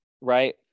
Right